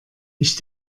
ich